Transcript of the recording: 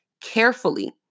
carefully